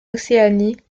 océanie